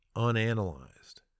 unanalyzed